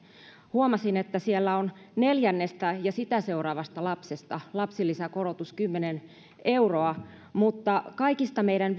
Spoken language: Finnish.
huomasin että siellä on neljännestä ja sitä seuraavasta lapsesta lapsilisäkorotus kymmenen euroa mutta kaikista meidän